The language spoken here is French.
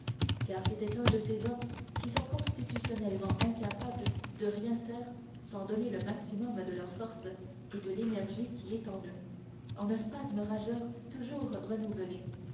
car c'était un de ces hommes qui sont constitutionnellement incapables de rien faire sans donner le maximum de leur force et de l'énergie qui est en eux en un spasme rageur toujours renouvelé